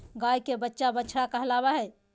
गाय के बच्चा बछड़ा कहलावय हय